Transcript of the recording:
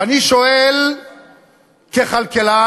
ואני שואל ככלכלן,